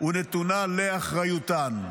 ונתונה לאחריותן.